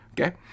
Okay